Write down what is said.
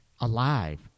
alive